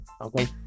Okay